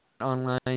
Online